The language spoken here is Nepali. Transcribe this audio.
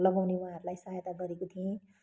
लगाउन उहाँहरूलाई सहायता गरेकी थिएँ